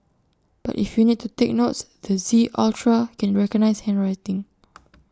but if you need to take notes the Z ultra can recognise handwriting